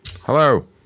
Hello